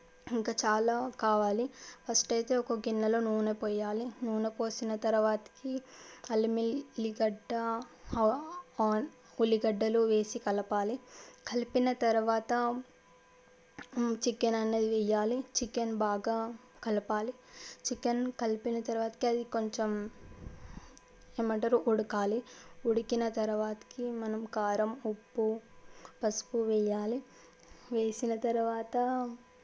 ఇంకా చాలా కావాలి ఫస్ట్ అయితే ఒక గిన్నెలో నూనె పోయాలి నూనె పోసిన తరువాతకి అల్లం వెల్లిగడ్డ అండ్ ఉల్లిగడ్డలు వేసి కలపాలి కలిపిన తరువాత చికెన్ అనేది వేయాలి చికెన్ బాగా కలపాలి చికెన్ కలిపిన తరువాతకి అది కొంచెం ఏమంటారు ఉడకాలి ఉడికిన తరువాతకి మనం కారం ఉప్పు పసుపు వేయాలి వేసిన తరువాత